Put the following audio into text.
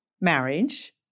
marriage